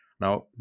Now